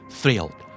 thrilled